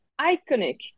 iconic